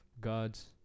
gods